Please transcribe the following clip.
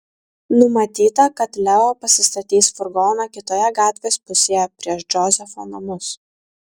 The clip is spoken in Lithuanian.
numatyta kad leo pasistatys furgoną kitoje gatvės pusėje prieš džozefo namus